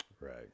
right